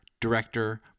director